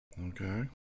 Okay